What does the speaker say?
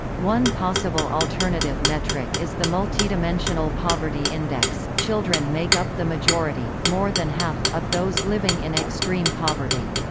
one possible alternative metric is the multidimensional poverty index children make up the majority more than half of those living in extreme poverty.